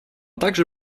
также